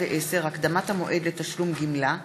210) (הקדמת המועד לתשלום גמלה),